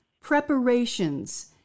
preparations